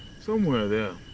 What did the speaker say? somewhere there.